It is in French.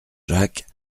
jacques